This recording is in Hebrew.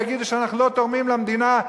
ויגידו שאנחנו לא תורמים למדינה,